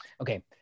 Okay